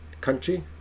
country